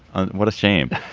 and what a shame.